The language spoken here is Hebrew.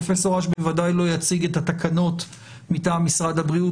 פרופ' אש בוודאי לא יציג את התקנות מטעם משרד הבריאות.